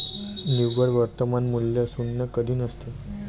निव्वळ वर्तमान मूल्य शून्य कधी असते?